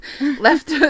left